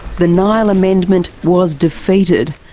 the nile amendment was defeated.